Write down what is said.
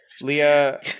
Leah